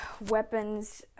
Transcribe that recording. weapons